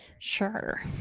sure